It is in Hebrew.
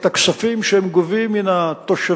את הכספים שהם גובים מהתושבים,